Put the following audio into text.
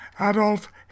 Adolf